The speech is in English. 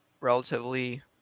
relatively